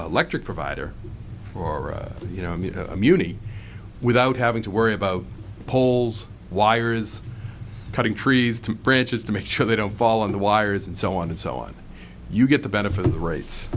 electric provider or you know muni without having to worry about polls wires cutting trees to branches to make sure they don't fall on the wires and so on and so on you get the benefit of the ra